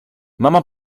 mama